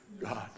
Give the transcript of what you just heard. God